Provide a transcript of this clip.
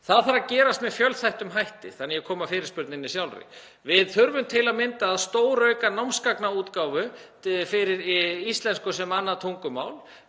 Það þarf að gerast með fjölþættum hætti, svo að ég komi að fyrirspurninni sjálfri. Við þurfum til að mynda að stórauka námsgagnaútgáfu fyrir íslensku sem annað tungumál